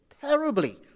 terribly